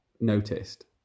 noticed